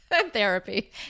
therapy